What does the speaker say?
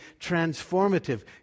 transformative